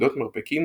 רפידות מרפקים,